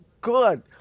good